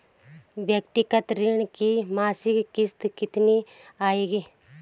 व्यक्तिगत ऋण की मासिक किश्त कितनी आएगी?